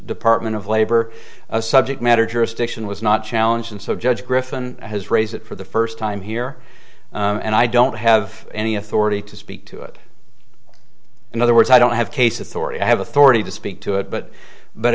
department of labor a subject matter jurisdiction was not challenge and so judge griffen has raised it for the first time here and i don't have any authority to speak to it in other words i don't have case authority i have authority to speak to it but but